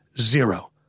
Zero